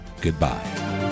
goodbye